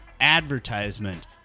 advertisement